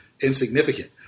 insignificant